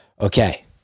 okay